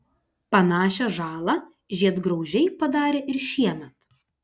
panašią žalą žiedgraužiai padarė ir šiemet